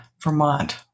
Vermont